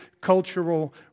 cultural